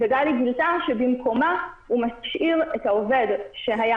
גלי גילתה שבמקומה הוא משאיר את העובד שהיה